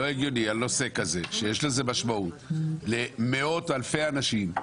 לא הגיוני שנושא כזה שיש לו משמעות למאות-אלפי אנשים,